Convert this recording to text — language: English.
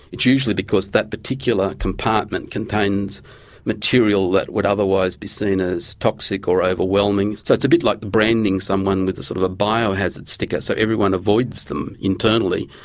it's usually because that particular compartment contains material that would otherwise be seen as toxic or overwhelming. so it's a bit like branding someone with a sort of bio-hazard sticker, so everyone avoids them internally.